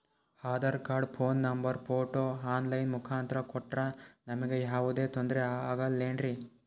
Aadhaar card, phone number, photo online ಮುಖಾಂತ್ರ ಕೊಟ್ರ ನಮಗೆ ಯಾವುದೇ ತೊಂದ್ರೆ ಆಗಲೇನ್ರಿ?